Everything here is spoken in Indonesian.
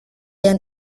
yang